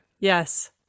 Yes